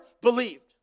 believed